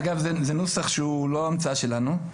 אגב, זה נוסח שהוא לא המצאה שלנו.